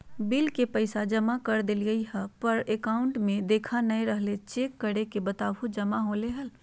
Bill के पैसा जमा कर देलियाय है पर अकाउंट में देखा नय रहले है, चेक करके बताहो जमा होले है?